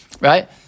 right